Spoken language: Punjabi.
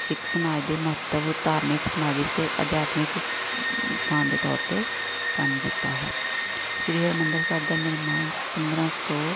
ਸਿੱਖ ਸਮਾਜ ਦੇ ਮਹੱਤਵ ਧਾਰਮਿਕ ਸਮਾਜਿਕ ਅਤੇ ਅਧਿਆਤਮਿਕ ਸਥਾਨ ਦੇ ਤੌਰ 'ਤੇ ਕੰਮ ਕੀਤਾ ਹੈ ਸ਼੍ਰੀ ਹਰਿਮੰਦਰ ਸਾਹਿਬ ਦਾ ਨਿਰਮਾਣ ਪੰਦਰਾਂ ਸੌ